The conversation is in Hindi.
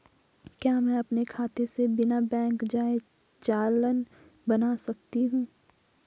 क्या मैं अपने खाते से बिना बैंक जाए चालान बना सकता हूँ?